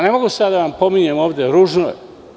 Ne mogu sada da vam pominjem ovde, ružno je.